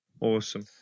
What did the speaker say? awesome